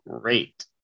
great